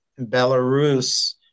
Belarus